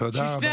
תודה רבה.